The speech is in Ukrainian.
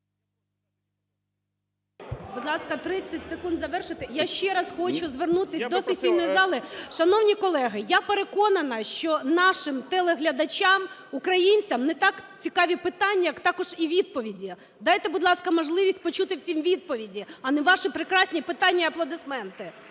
Будь ласка, 30 секунд завершити. Я ще раз хочу звернутись до сесійної зали. Шановні колеги, я переконана, що нашим телеглядачам-українцям не так цікаві питання, як також і відповіді. Дайте, будь ласка, можливість почути всім відповіді, а не ваші прекрасні питання і аплодисменти.